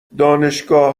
دانشگاه